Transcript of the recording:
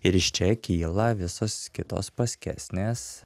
ir iš čia kyla visos kitos paskesnės